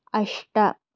अष्ट